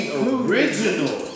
original